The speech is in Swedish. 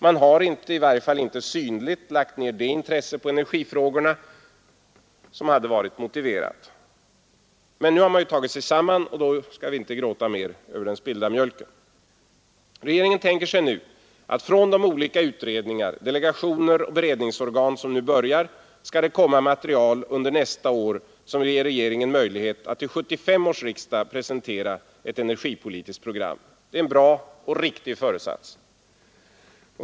Man har inte — i varje fall inte synligt — lagt ner det intresse på energifrågorna som hade varit motiverat. Men nu har man tagit sig samman, och då skall vi inte gråta mer över den spillda mjölken. Regeringen tänker sig att från de olika utredningar, delegationer och beredningsorgan som nu börjar sitt arbete skall komma material under nästa år som ger regeringen möjlighet att till 1975 års riksdag presentera ett energipolitiskt program. Det är en bra och riktig föresats.